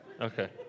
Okay